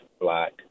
black